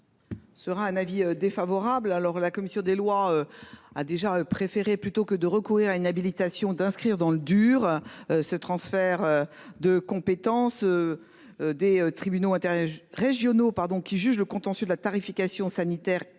Sera un avis défavorable. Alors la commission des lois. A déjà préféré plutôt que de recourir à une habilitation d'inscrire dans le dur. Ce transfert de compétence. Des tribunaux intérêt j'régionaux pardon qui juge le contentieux de la tarification sanitaire